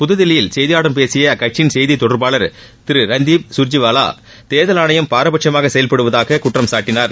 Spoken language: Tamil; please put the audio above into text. புதுதில்லியில் செய்தியாளர்களிடம் பேசிய அக்கட்சியின் செய்தி தொடர்பாளர் திரு ரந்தீப் சுர்ஜிவாலா தேர்தல் ஆணையம் பாரபட்சமாக செயல்படுவதாக குற்றம் சாட்டினார்